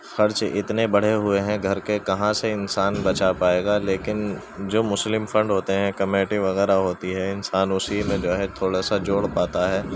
خرچ اتنے بڑھے ہوئے ہیں گھر کے کہاں سے انسان بچا پائے گا لیکن جو مسلم فنڈ ہوتے ہیں کمیٹی وغیرہ ہوتی ہے انسان اسی میں جو ہے تھوڑا سا جوڑ پاتا ہے